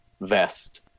vest